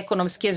ekonomske